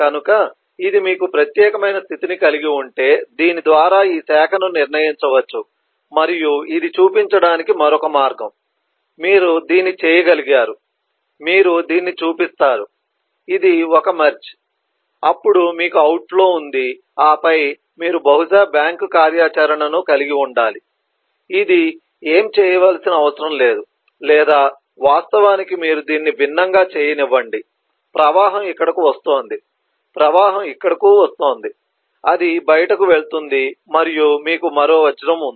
కనుక ఇది మీకు ప్రత్యేకమైన స్థితిని కలిగి ఉంటే దీని ద్వారా ఈ శాఖను నిర్ణయించవచ్చు మరియు ఇది చూపించడానికి మరొక మార్గం మీరు దీన్ని చేయగలిగారు మీరు దీన్ని చూపిస్తారు ఇది ఒక మెర్జ్ అప్పుడు మీకు అవుట్ఫ్లో ఉంది ఆపై మీరు బహుశా బ్యాంక్ కార్యాచరణను కలిగి ఉండాలి ఇది ఏమీ చేయవలసిన అవసరం లేదు లేదా వాస్తవానికి మీరు దీన్ని భిన్నంగా చేయనివ్వండి ప్రవాహం ఇక్కడకు వస్తోంది ప్రవాహం ఇక్కడకు వస్తోంది అది బయటకు వెళ్తుంది మరియు మీకు మరో వజ్రం ఉంది